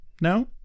No